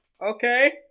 Okay